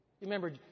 Remember